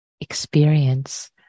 experience